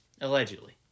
Allegedly